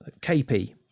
KP